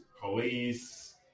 police